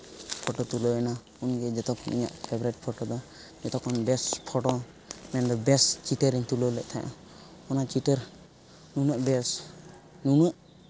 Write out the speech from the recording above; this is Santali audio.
ᱯᱷᱴᱳ ᱛᱩᱞᱟᱹᱣᱮᱱᱟ ᱩᱱᱜᱮ ᱡᱚᱛᱚ ᱠᱷᱚᱱ ᱤᱧᱟᱹᱜ ᱯᱷᱮᱵᱨᱮᱴ ᱯᱷᱳᱴᱳ ᱫᱚ ᱡᱚᱛᱚ ᱠᱷᱚᱱ ᱵᱮᱥ ᱯᱷᱳᱴᱳ ᱢᱮᱱ ᱫᱚ ᱵᱮᱥ ᱪᱤᱛᱟᱹᱨᱮᱧ ᱛᱩᱞᱟᱹᱣ ᱞᱮᱫ ᱛᱟᱦᱮᱫᱼᱟ ᱚᱱᱟ ᱪᱤᱛᱟᱹᱨ ᱱᱩᱱᱟᱹᱜ ᱵᱮᱥ ᱱᱩᱱᱟᱹᱜ